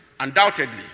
Undoubtedly